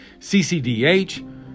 CCDH